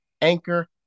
Anchor